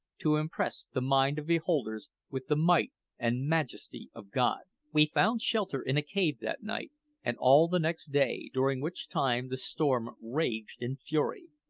to impress the mind of beholders with the might and majesty of god we found shelter in a cave that night and all the next day, during which time the storm raged in fury.